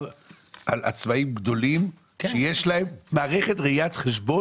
על עצמאים גדולים שיש להם מערכת ראיית חשבון